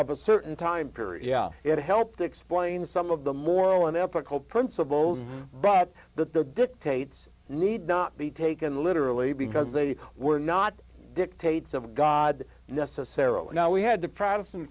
of a certain time period it helped explain some of the moral and ethical principles but the dictates need not be taken literally because they were not dictates of god necessarily now we had to pr